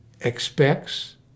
expects